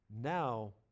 Now